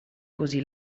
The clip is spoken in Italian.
così